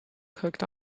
cooked